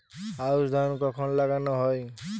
আউশ ধান কখন লাগানো হয়?